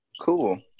Cool